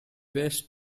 west